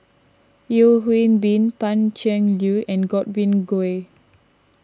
Yeo Hwee Bin Pan Cheng Lui and Godwin Koay